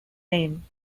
name